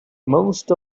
most